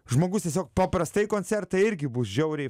žmogus tiesiog paprastai koncertai irgi bus žiauriai